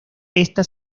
esta